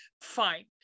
Fine